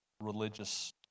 religious